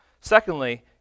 Secondly